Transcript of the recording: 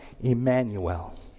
Emmanuel